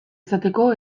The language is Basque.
izateko